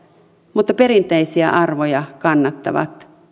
mutta perinteisiä arvoja kannattavat